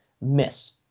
miss